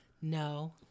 No